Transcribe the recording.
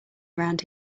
around